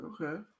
Okay